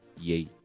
yay